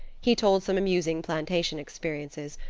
he told some amusing plantation experiences,